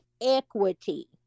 equity